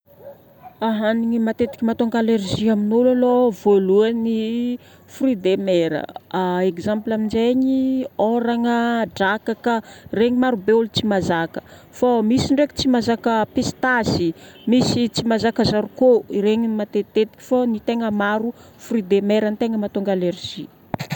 Hanigny matetiky mahatonga allergies amin'ologna, voalohany, fruit de mer. Exemple aminjegny: ôragna, drakaka. Regny marobe olo tsy mahazaka. Fô misy ndraiky tsy mahazaka pistache, misy tsy mahazaka zarikô. Regny no matetitetiky fô ny tegna maro fruit de mer no tegna mahatonga allergie.